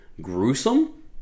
gruesome